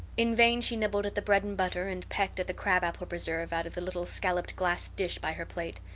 in vain she nibbled at the bread and butter and pecked at the crab-apple preserve out of the little scalloped glass dish by her plate.